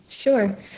sure